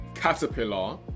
Caterpillar